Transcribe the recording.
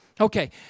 Okay